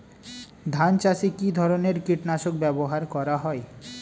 ধান চাষে কী ধরনের কীট নাশক ব্যাবহার করা হয়?